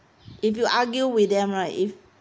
if you argue with them right if